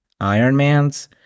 Ironmans